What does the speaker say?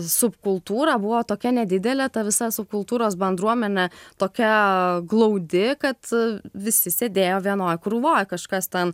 subkultūra buvo tokia nedidelė ta visa subkultūros bendruomenė tokia glaudi kad visi sėdėjo vienoj krūvoj kažkas ten